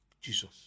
Jesus